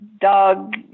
dog